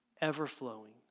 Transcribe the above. ever-flowing